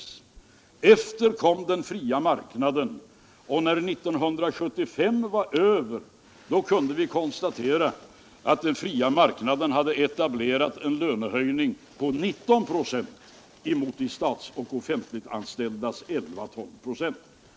Efter den uppgörelsen kom den fria marknaden, och när avtalsförhandlingarna var klara för 1975 kunde vi konstatera att den fria marknaden hade etablerat én lönehöjning på 19 96. Det skall alltså jämföras med de statsoch offentliganställdas 11-12 26.